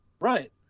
Right